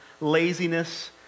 Laziness